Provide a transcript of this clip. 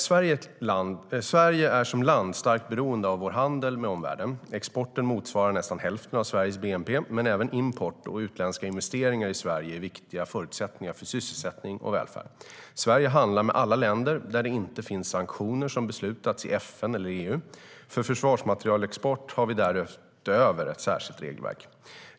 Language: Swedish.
Sverige är som land starkt beroende av vår handel med omvärlden. Exporten motsvarar nästan hälften av Sveriges bnp, men även import och utländska investeringar i Sverige är viktiga förutsättningar för sysselsättning och välfärd. Sverige handlar med alla länder där det inte finns sanktioner som beslutats i FN eller EU. För försvarsmaterielexport har vi därutöver ett särskilt regelverk.